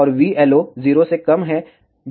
और vLO 0 से कम है D1 और D4 ऑन रहेगा